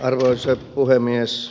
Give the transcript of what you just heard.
arvoisa puhemies